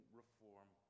reform